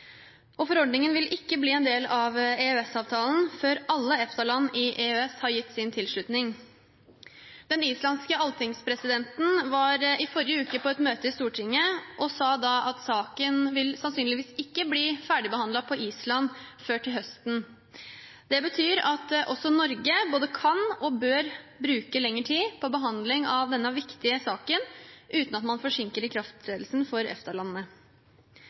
og forordningen vil ikke bli en del av EØS-avtalen før alle EFTA-land i EØS har gitt sin tilslutning. Den islandske alltingspresidenten var i forrige uke på et møte i Stortinget og sa da at saken sannsynligvis ikke vil bli ferdigbehandlet på Island før til høsten. Det betyr at også Norge både kan og bør bruke lengre tid på behandling av denne viktige saken uten at man forsinker ikrafttredelsen for